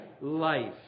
life